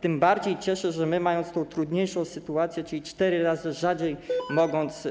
Tym bardziej cieszy, że my, mając tę trudniejszą sytuację, czyli cztery razy rzadziej mogąc